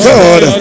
God